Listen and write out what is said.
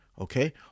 Okay